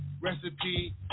Recipe